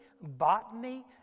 botany